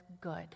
good